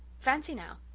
fancy now!